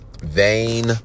vain